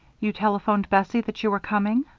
you telephoned bessie that you were coming?